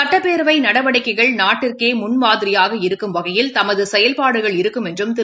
சுட்டப்பேரவைநடவடிக்கைகள் நாட்டிற்கேமுன் மாதிரியாக இருக்கும் வகையில் தமதுசெயல்பாடுகள் இருக்கும் என்றும் திரு